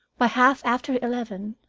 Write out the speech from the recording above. by half after eleven,